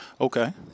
Okay